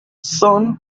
son